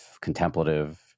contemplative